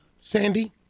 Sandy